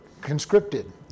conscripted